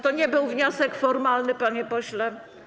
To nie był wniosek formalny, panie pośle.